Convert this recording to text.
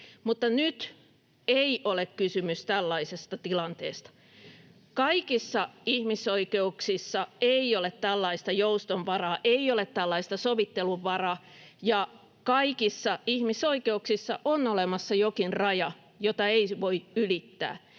mutta nyt ei ole kysymys tällaisesta tilanteesta. Kaikissa ihmisoikeuksissa ei ole tällaista joustonvaraa, ei ole tällaista sovittelunvaraa, ja kaikissa ihmisoikeuksissa on olemassa jokin raja, jota ei voi ylittää.